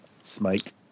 smite